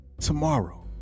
tomorrow